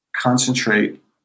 concentrate